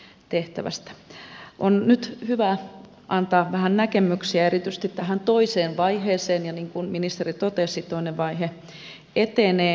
on nyt hyvä antaa vähän näkemyksiä erityisesti tähän toiseen vaiheeseen ja niin kuin ministeri totesi toinen vaihe etenee